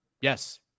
Yes